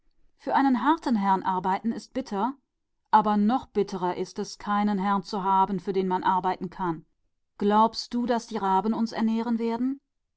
für einen harten herrn zu arbeiten ist bitter aber bitterer ist es keinen herrn zu haben für den man arbeiten kann meinst du die raben werden